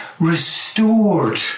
restored